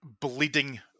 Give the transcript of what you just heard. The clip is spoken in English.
bleeding